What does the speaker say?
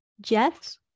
Jeff